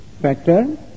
factor